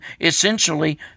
essentially